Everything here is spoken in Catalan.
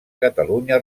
catalunya